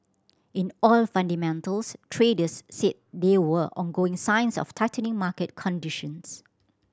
in oil fundamentals traders said there were ongoing signs of tightening market conditions